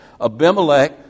Abimelech